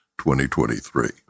2023